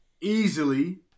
Easily